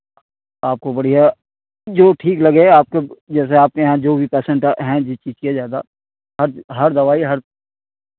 आपको बढ़ियाँ जो ठीक लगे आपको जैसे आपके यहाँ जो भी पेशेन्ट हैं जिस चीज़ के ज़्यादा हर दवाई हर